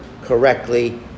correctly